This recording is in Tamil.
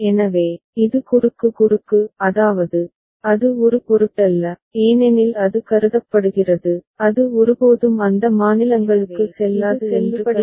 எனவே இது குறுக்கு குறுக்கு அதாவது அது ஒரு பொருட்டல்ல ஏனெனில் அது கருதப்படுகிறது அது ஒருபோதும் அந்த மாநிலங்களுக்கு செல்லாது என்று கருதப்படுகிறது